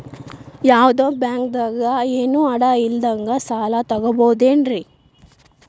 ಯಾವ್ದೋ ಬ್ಯಾಂಕ್ ದಾಗ ಏನು ಅಡ ಇಲ್ಲದಂಗ ಸಾಲ ತಗೋಬಹುದೇನ್ರಿ?